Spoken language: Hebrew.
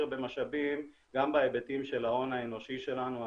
גם בהיבטים של ההון האנושי שלנו.